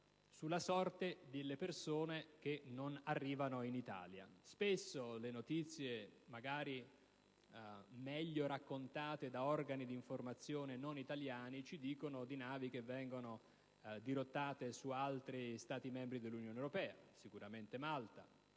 alla sorte delle persone che non arrivano in Italia. Spesso le notizie, magari raccontate in modo migliore da organi di informazione non italiani, ci parlano di navi che vengono dirottate su altri Stati membri dell'Unione europea (sicuramente Malta,